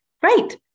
great